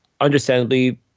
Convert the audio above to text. understandably